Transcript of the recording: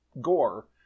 gore